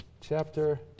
Chapter